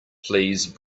please